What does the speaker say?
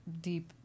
deep